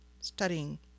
studying